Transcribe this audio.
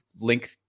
link